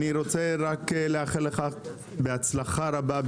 אני רוצה רק לאחל לך בהצלחה רבה.